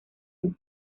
hemos